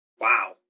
wow